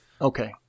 okay